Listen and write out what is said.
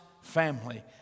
family